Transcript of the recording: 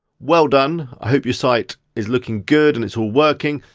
well done. i hope your site is looking good and it's all working.